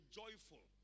joyful